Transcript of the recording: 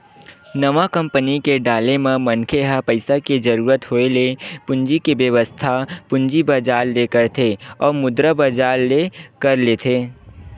नवा कंपनी के डाले म मनखे ह पइसा के जरुरत होय ले पूंजी के बेवस्था पूंजी बजार ले करथे अउ मुद्रा बजार ले कर लेथे